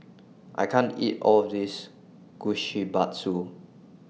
I can't eat All of This Kushikatsu